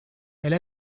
elle